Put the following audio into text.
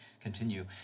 continue